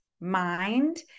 mind